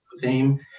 theme